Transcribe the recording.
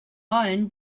iron